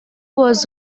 was